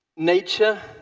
nature,